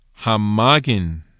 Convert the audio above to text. Hamagen